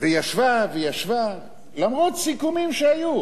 וישבה וישבה, למרות סיכומים שהיו.